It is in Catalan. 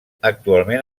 actualment